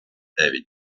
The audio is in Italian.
avenue